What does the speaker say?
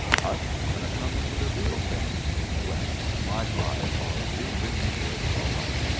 but when it comes to the real thing well, my five are blue-ribbon kids all right,